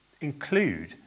include